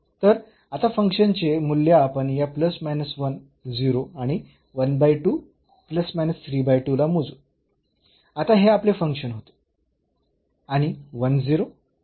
तर आता फंक्शनचे मूल्य आपण या आणि ला मोजू आता हे आपले फंक्शन होते